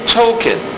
token